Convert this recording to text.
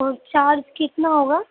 اور چارج کتنا ہوگا